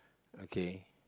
okay